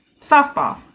softball